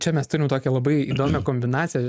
čia mes turim tokią labai įdomią kombinaciją